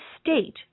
state